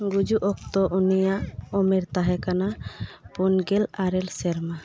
ᱜᱩᱡᱩᱜ ᱚᱠᱛᱚ ᱩᱱᱤᱭᱟᱜ ᱩᱢᱮᱨ ᱛᱟᱦᱮᱸᱠᱟᱱᱟ ᱯᱩᱱᱜᱮᱞ ᱟᱨᱮ ᱥᱮᱨᱢᱟ